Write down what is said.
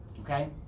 Okay